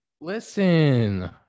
Listen